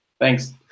Thanks